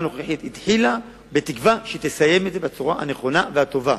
התחילה בתקווה שהיא תסיים את זה בצורה הנכונה והטובה.